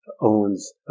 owns